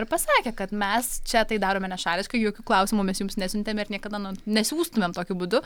ir pasakė kad mes čia tai darome nešališkai jokių klausimų mes jums nesiuntėme ir niekada na nesiųstumėm tokiu būdu